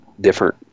different